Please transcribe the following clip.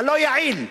הלא-יעיל,